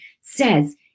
says